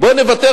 בואו נוותר,